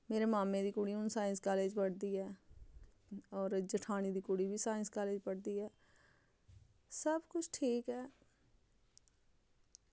मेरे मामे दी कुड़ी हून साईंस कालज पढ़दी ऐ होर जठानी दी कुड़ी बी साईंस कालज पढ़दी ऐ सब कुछ ठीक ऐ